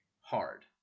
Hard